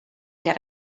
get